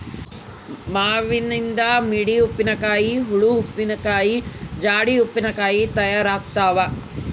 ಮಾವಿನನಿಂದ ಮಿಡಿ ಉಪ್ಪಿನಕಾಯಿ, ಓಳು ಉಪ್ಪಿನಕಾಯಿ, ಜಾಡಿ ಉಪ್ಪಿನಕಾಯಿ ತಯಾರಾಗ್ತಾವ